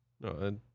No